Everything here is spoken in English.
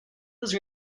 was